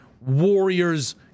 Warriors